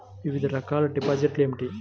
వివిధ రకాల డిపాజిట్లు ఏమిటీ?